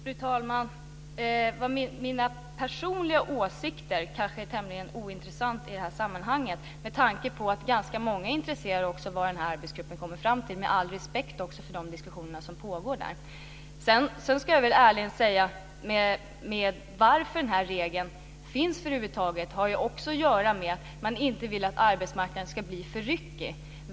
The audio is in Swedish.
Fru talman! Mina personliga åsikter är tämligen ointressanta i det här sammanhanget med tanke på att många är intresserade av vad arbetsgruppen kommer fram till och med all respekt för de diskussioner som pågår där. Sedan vill jag ärligt säga att anledningen till att den här regeln finns också har att göra med att man inte vill att arbetsmarknaden inte ska bli för ryckig.